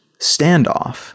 standoff